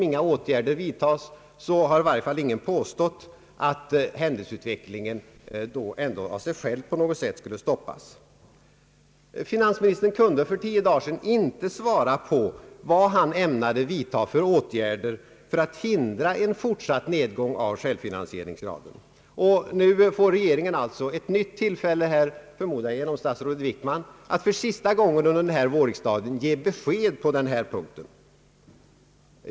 Ingen har påstått att händelseutvecklingen av sig själv skulle stoppas, om inga åtgärder vidtages. Finansministern kunde för tio dagar sedan inte svara på vilka åtgärder han ämnade vidtaga för att hindra en fortsatt nedgång av självfinansieringsgraden. Nu får regeringen alltså ett nytt tillfälle genom statsrådet Wickman att för sista gången under denna vårriksdag ge ett besked på denna punkt.